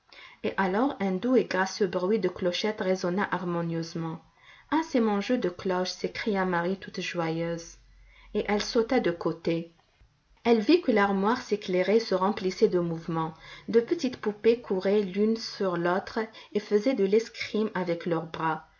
et alors un doux et gracieux bruit de clochettes résonna harmonieusement ah c'est mon jeu de cloches s'écria marie toute joyeuse et elle sauta de côté elle vit que l'armoire s'éclairait et se remplissait de mouvement de petites poupées couraient l'une sur l'autre et faisaient de l'escrime avec leurs bras